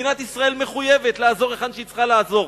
מדינת ישראל מחויבת לעזור היכן שהיא צריכה לעזור.